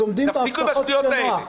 תפסיקו את השטויות האלה.